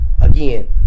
Again